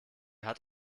hat